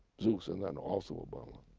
zeus and then also obama?